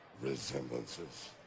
resemblances